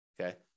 Okay